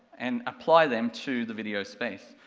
and apply them to the video space.